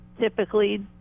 typically